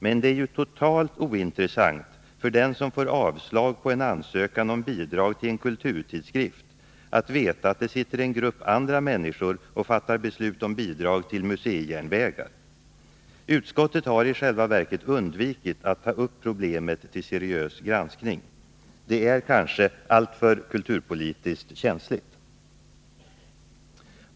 Men det är ju totalt ointressant för den som får avslag på en ansökan om bidrag till en kulturtidskrift att veta att det sitter en grupp andra människor och fattar beslut om bidrag till museijärnvägar. Utskottet har i själva verket undvikit att ta upp problemet till seriös granskning. Det kanske är alltför kulturpolitiskt känsligt.